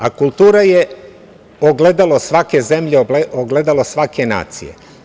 A, kultura je ogledalo svake zemlje, ogledalo svake nacije.